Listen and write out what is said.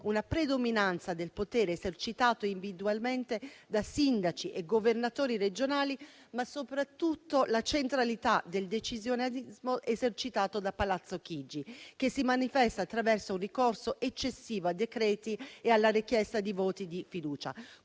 una predominanza del potere esercitato individualmente da sindaci e governatori regionali, ma soprattutto la centralità del decisionismo esercitato da Palazzo Chigi, che si manifesta attraverso un ricorso eccessivo a decreti e alla richiesta di voti di fiducia.